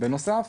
בנוסף,